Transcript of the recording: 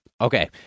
Okay